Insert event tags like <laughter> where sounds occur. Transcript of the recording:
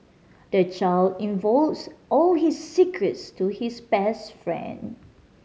the child <unintelligible> all his secrets to his best friend